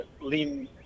lean